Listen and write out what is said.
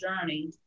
journey